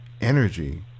energy